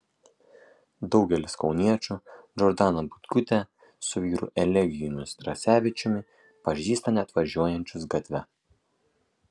daugelis kauniečių džordaną butkutę su vyru elegijumi strasevičiumi pažįsta net važiuojančius gatve